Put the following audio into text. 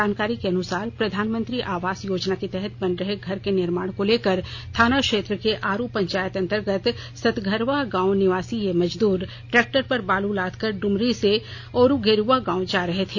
जानकारी के अनुसार प्रधानमंत्री आवास योजना के तहत बन रहे घर के निर्माण को लेकर थाना क्षेत्र के आरू पंचायत अंतर्गत सतघरवा गांव निवासी ये मजदूर ट्रैक्टर पर बालू लादकर डुमरी से औरुगेरुआ गांव जा रहे थे